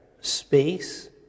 space